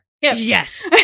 Yes